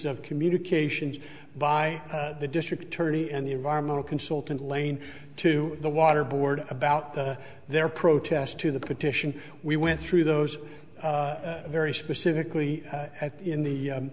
of communications by the district attorney and the environmental consultant lane to the water board about their protest to the petition we went through those very specifically at the in the